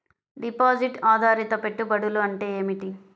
Deposit ఆధారిత పెట్టుబడులు అంటే ఏమిటి?